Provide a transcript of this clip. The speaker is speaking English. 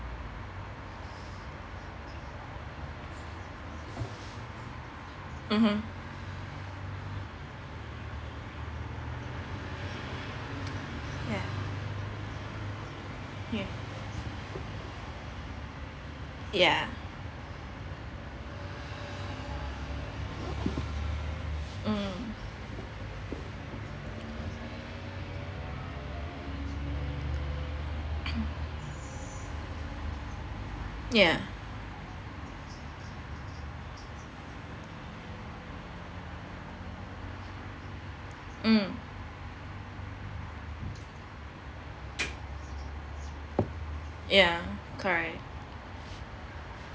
mmhmm ya ya ya mm ya mm ya correct